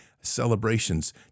celebrations